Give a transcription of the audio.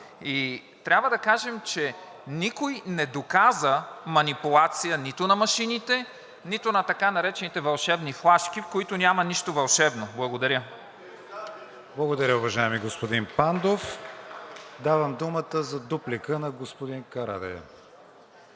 Трябва да кажем, че никой не доказа манипулация нито на машините, нито на така наречените вълшебни флашки, в които няма нищо вълшебно. ПРЕДСЕДАТЕЛ КРИСТИАН ВИГЕНИН: Благодаря Ви, уважаеми господин Пандов. Давам думата за дуплика на господин Карадайъ.